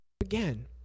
again